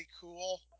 cool